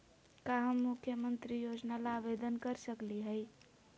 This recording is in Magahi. का हम मुख्यमंत्री योजना ला आवेदन कर सकली हई?